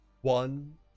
One